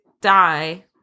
die